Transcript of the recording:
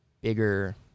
bigger